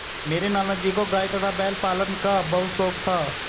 मेरे नाना जी को गाय तथा बैल पालन का बहुत शौक था